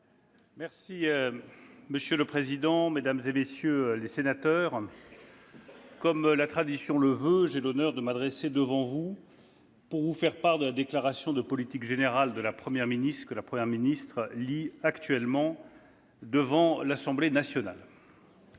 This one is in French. Sénat. Monsieur le président, mesdames, messieurs les sénateurs, comme la tradition le veut, j'ai l'honneur de m'adresser à vous pour vous faire part de la déclaration de politique générale que la Première ministre prononce en ce moment même devant l'Assemblée nationale.